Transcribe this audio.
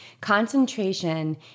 Concentration